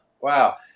Wow